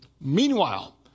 Meanwhile